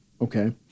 Okay